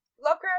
Lovecraft